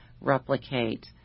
replicate